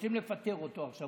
ורוצים לפטר אותו עכשיו,